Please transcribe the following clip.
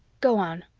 go on,